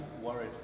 worried